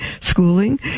schooling